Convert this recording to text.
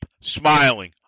smiling